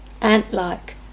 ant-like